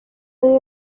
they